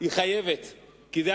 היא חייבת,